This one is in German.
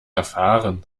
erfahren